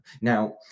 now